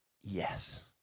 yes